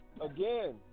again